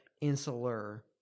insular